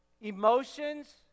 emotions